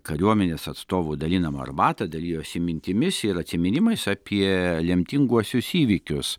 kariuomenės atstovų dalinamą arbatą dalijosi mintimis ir atsiminimais apie lemtinguosius įvykius